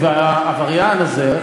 והעבריין הזה,